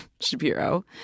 Shapiro